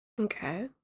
okay